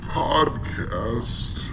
podcast